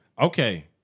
Okay